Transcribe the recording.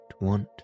want